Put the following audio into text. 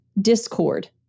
discord